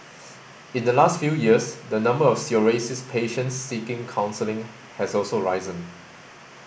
in the last few years the number of psoriasis patients seeking counselling has also risen